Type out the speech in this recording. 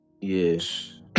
Yes